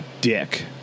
dick